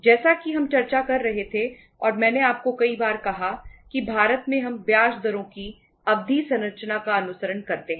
जैसा कि हम चर्चा कर रहे थे और मैंने आपको कई बार कहा कि भारत में हम ब्याज दरों की अवधि संरचना का अनुसरण करते हैं